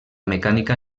mecànica